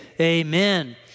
amen